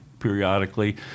Periodically